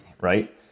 right